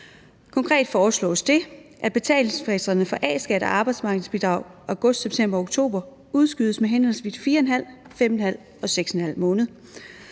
Konkret foreslås det, at betalingsfristerne for A-skat og arbejdsmarkedsbidrag for august, september og oktober udskydes med henholdsvis 4½, 5½ og 6½ måned,